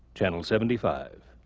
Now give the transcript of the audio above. channel seventy five.